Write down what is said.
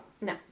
No